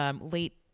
late